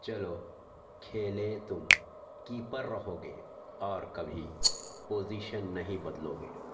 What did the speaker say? چلو کھیلیں تم کیپر رہوگے اور کبھی پوزیشن نہیں بدلو گے